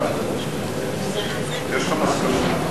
יש לך מסקנות?